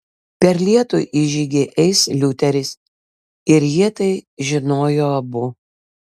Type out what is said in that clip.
per lietų į žygį eis liuteris ir jie tai žinojo abu